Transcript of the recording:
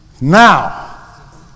Now